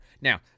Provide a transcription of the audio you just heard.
Now